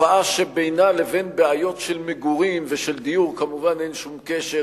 תופעה שבינה לבין בעיות של מגורים ושל דיור כמובן אין שום קשר,